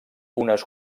unes